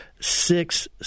six